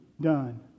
done